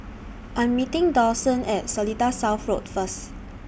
I'm meeting Dawson At Seletar South Road First